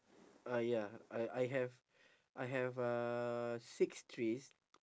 uh ya I I have I have uh six trees